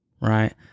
right